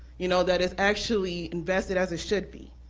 you know that it's actually invested as it should be.